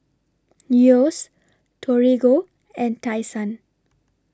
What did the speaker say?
Yeo's Torigo and Tai Sun